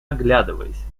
оглядываясь